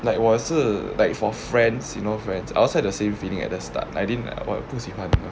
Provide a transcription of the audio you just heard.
like 我是 like for friends you know friends I also had the same feeling at the start I didn't 我不喜喜欢